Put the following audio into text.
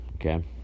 Okay